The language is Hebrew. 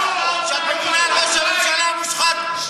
את מגינה על ראש הממשלה המושחת.